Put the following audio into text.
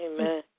Amen